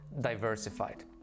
diversified